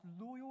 loyal